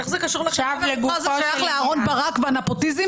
איך זה קשור --- אהרן ברק והנפוטיזם